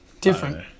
different